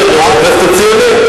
יושב-ראש הכנסת הציונית.